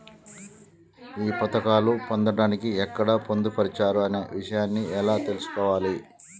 ఈ పథకాలు పొందడానికి ఎక్కడ పొందుపరిచారు అనే విషయాన్ని ఎలా తెలుసుకోవాలి?